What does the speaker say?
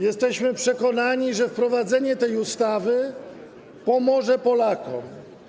Jesteśmy przekonani, że wprowadzenie tej ustawy pomoże Polakom.